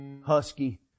husky